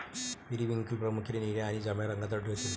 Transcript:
periwinkle प्रामुख्याने निळ्या आणि जांभळ्या रंगात आढळते